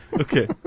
Okay